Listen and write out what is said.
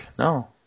No